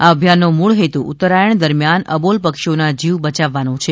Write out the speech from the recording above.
આ અભિયાનનો મૂળ હેતુ ઉત્તરાયણ દરમિયાન અબોલ પક્ષીઓના જીવ બચાવવાનો છે